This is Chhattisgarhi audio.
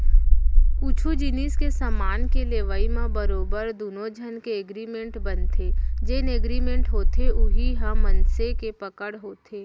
कुछु जिनिस के समान के लेवई म बरोबर दुनो झन के एगरिमेंट बनथे जेन एगरिमेंट होथे उही ह मनसे के पकड़ होथे